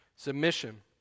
Submission